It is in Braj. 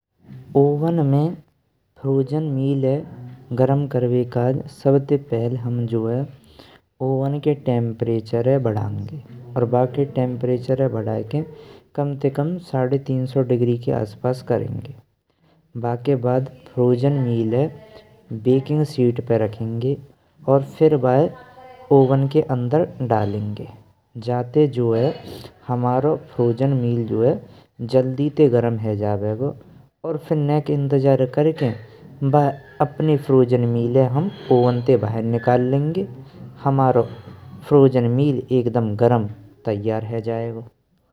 ओवन में फ्रोजन मीले गरम करवे काज सबते पहेल हम जो है ओवन के टेम्परेचराए बढ़ंगे। और बके टेम्परेचर बढ़ाए कि कम ते कम साढ़े तीन सौ डिग्री के आस पास करेंगे बके बाद फ्रोजन मीलें बेकिंग शीट पे रखेंगे। और फिर बाए ओवन के अंदर डालेंगे जाते जो है हमारो फ्रोजन मील जो है जल्दी ते गरम है जब्बेगो। और फिर नेक इंतिजार करकेन बाए अपने फ्रोजन मीलें हम ओवन ते बाहर निकालेंगे हमारा फ्रोजन मील एक दम गरम तैयार है जायगो।